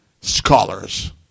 scholars